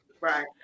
Right